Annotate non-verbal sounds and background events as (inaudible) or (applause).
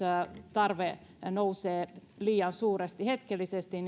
tarve nousee liian suuresti hetkellisesti (unintelligible)